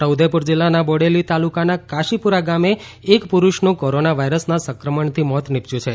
છોટાઉદેપુર જિલ્લાના બોડેલી તાલુકાના કાશીપુરા ગામે એક પુરૂષનું કોરોના વાયરસના સંક્રમણથી મોત નીપશ્યું છે